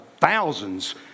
thousands